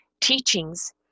teachings